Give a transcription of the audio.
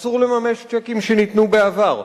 אסור לממש צ'קים שניתנו בעבר.